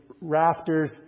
rafters